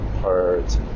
parts